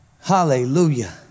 Hallelujah